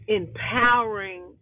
empowering